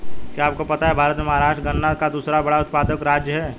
क्या आपको पता है भारत में महाराष्ट्र गन्ना का दूसरा बड़ा उत्पादक राज्य है?